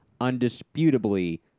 undisputably